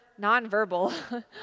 nonverbal